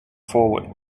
forward